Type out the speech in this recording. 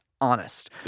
honest